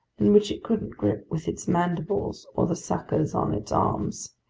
and which it couldn't grip with its mandibles or the suckers on its arms.